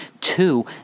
Two